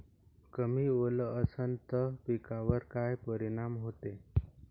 कमी ओल असनं त पिकावर काय परिनाम होते?